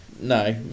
no